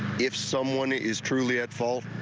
if someone is truly at fault,